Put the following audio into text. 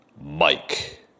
Mike